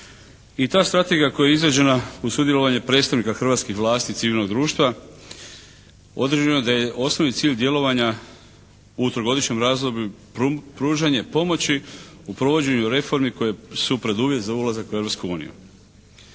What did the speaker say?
i ta strategija koja je izrađena uz sudjelovanje predstavnika hrvatskih vlasti i civilnog društva određeno je da je osnovni cilj djelovanja u trogodišnjem razdoblju pružanje pomoći u provođenju reformi koje su preduvjet za ulazak u